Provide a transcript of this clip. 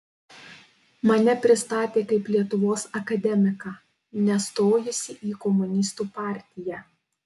mane pristatė kaip lietuvos akademiką nestojusį į komunistų partiją